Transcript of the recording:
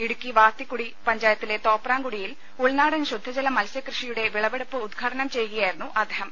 ഇടുക്കി വാത്തികുടി പഞ്ചായത്തിലെ തോപ്രാംകുടിയിൽ ഉൾനാടൻ ശുദ്ധജല മത്സ്യകൃഷിയുടെ വിളവെടുപ്പ് ഉദ്ഘാടനം ചെയ്യുകയായിരുന്നു അദ്ദേഹം